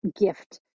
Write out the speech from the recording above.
gift